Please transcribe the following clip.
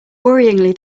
worryingly